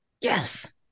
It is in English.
Yes